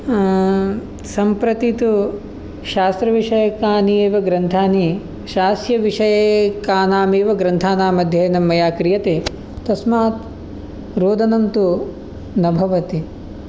सम्प्रतितु शास्त्रविषयकानि एव ग्रन्थानि शास्य विषयेकानाम् एव ग्रन्थानाम् अध्ययनं मया क्रियते तस्मात् रोदनं तु न भवति